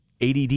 ADD